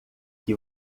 que